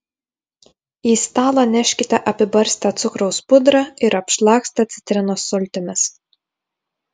į stalą neškite apibarstę cukraus pudrą ir apšlakstę citrinos sultimis